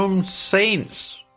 Saints